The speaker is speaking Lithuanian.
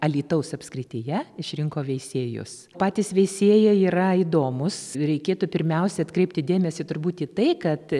alytaus apskrityje išrinko veisiejus patys veisėjai yra įdomūs reikėtų pirmiausia atkreipti dėmesį turbūt į tai kad